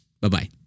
Bye-bye